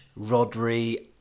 Rodri